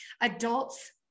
adults